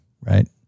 right